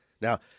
Now